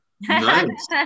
Nice